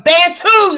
Bantu